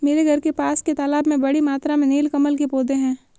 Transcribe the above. मेरे घर के पास के तालाब में बड़ी मात्रा में नील कमल के पौधें हैं